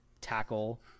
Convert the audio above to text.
tackle